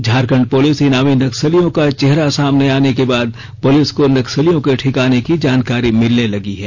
Jharkhand police इनामी नक्सलियों का चेहरा सामने लाने के बाद पुलिस को नक्सलियो के ठिकाने की जानकारी मिलने लगी है